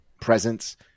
presence